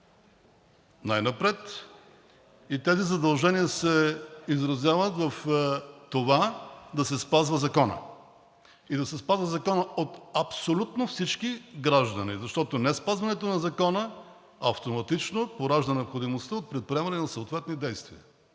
най-напред. Тези задължения се изразяват в това да се спазва законът и да се спазва от абсолютно всички граждани, защото неспазването на закона автоматично поражда необходимостта от предприемане на съответни действия